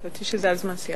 חשבתי שזה על זמן סיעה.